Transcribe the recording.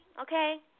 okay